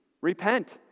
Repent